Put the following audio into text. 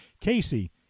Casey